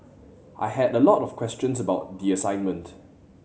I had a lot of questions about the assignment